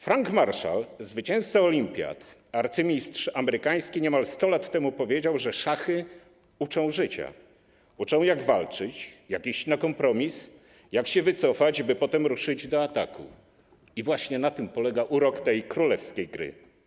Frank Marshall, zwycięzca olimpiad, arcymistrz amerykański, niemal 100 lat temu powiedział, że szachy uczą życia, uczą, jak walczyć, jak iść na kompromis, jak się wycofać, żeby potem ruszyć do ataku - i właśnie na tym polega urok tej królewskiej gry.